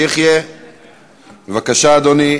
עבד אל חכים חאג' יחיא, בבקשה, אדוני,